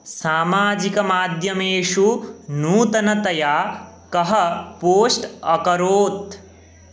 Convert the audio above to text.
सामाजिकमाध्यमेषु नूतनतया कः पोस्ट् अकरोत्